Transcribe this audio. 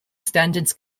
standards